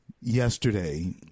yesterday